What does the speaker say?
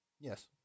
Yes